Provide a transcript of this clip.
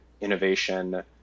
innovation